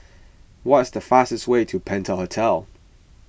what is the fastest way to Penta Hotel